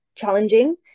challenging